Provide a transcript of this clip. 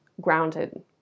grounded